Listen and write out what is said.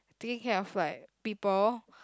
taking care of like people